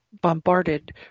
bombarded